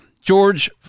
George